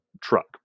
truck